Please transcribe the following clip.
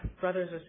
brothers